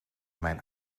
mijn